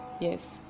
yes